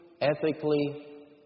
ethically